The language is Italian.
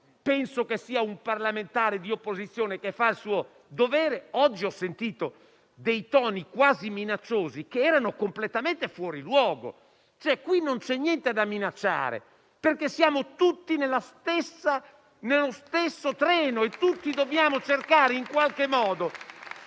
penso sia un parlamentare di opposizione che fa il suo dovere. Oggi, però, ho sentito dei toni quasi minacciosi che erano completamente fuori luogo. Qui non c'è niente da minacciare, perché siamo tutti sullo stesso treno e tutti dobbiamo cercare in qualche modo